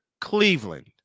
Cleveland